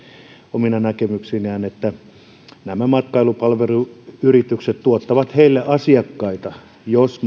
omina näkemyksinään että nämä matkailupalveluyritykset tuottavat heille asiakkaita jos